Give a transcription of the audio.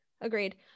agreed